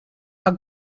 are